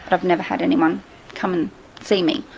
i've never had anyone come and see me,